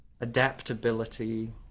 adaptability